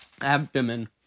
abdomen